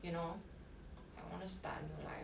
you know I wanna start a new life